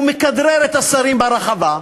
הוא מכדרר את השרים ברחבה,